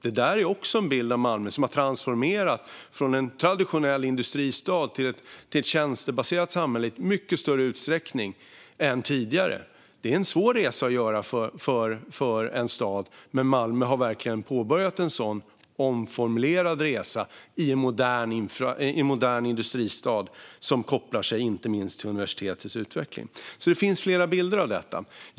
Det är också en bild av Malmö som har transformerats från en traditionell industristad till ett tjänstebaserat samhälle i mycket större utsträckning än tidigare. Det är en svår resa att göra för en stad. Men Malmö har verkligen påbörjat en sådan omformulerad resa som en modern industristad, inte minst kopplat till universitetets utveckling. Det finns alltså flera bilder av Malmö.